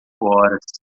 horas